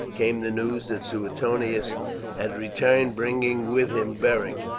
came the news that suetonius had returned, bringing with him beric,